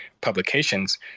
publications